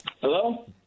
Hello